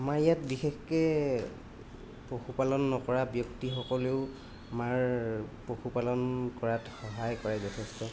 আমাৰ ইয়াত বিশেষকৈ পশুপালন নকৰা ব্যক্তিসকলেও আমাৰ পশুপালন কৰাত সহায় কৰে যথেষ্ট